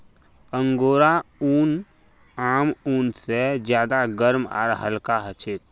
angora ऊन आम ऊन से ज्यादा गर्म आर हल्का ह छे